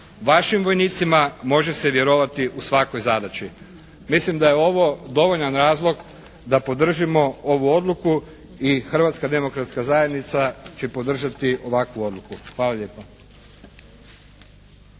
Vašim vojnicima može se vjerovati u svakoj zadaći. Mislim da je ovo dovoljan razlog da podržimo ovu odluku i Hrvatska demokratska zajednica će podržati ovakvu odluku. Hvala lijepa.